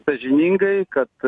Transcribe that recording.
sąžiningai kad